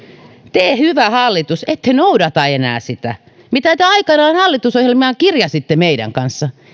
te hyvä hallitus ette noudata enää sitä mitä te aikanaan hallitusohjelmaan kirjasitte meidän kanssamme